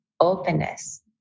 openness